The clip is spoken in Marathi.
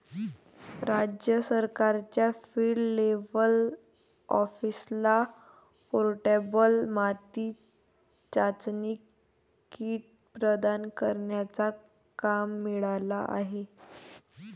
राज्य सरकारच्या फील्ड लेव्हल ऑफिसरला पोर्टेबल माती चाचणी किट प्रदान करण्याचा काम मिळाला आहे